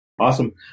awesome